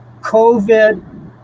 COVID